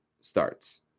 starts